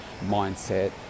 mindset